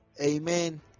amen